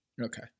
Okay